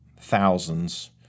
thousands